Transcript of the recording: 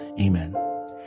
Amen